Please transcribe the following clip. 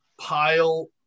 pile